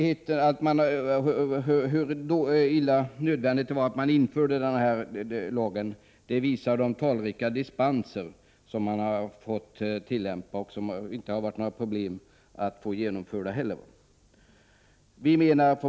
Hur onödigt det var att införa denna lag visar de talrika dispenser som har fått ges, och det har inte varit svårt att få dessa dispenser.